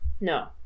No